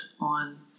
on